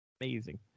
Amazing